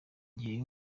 gihe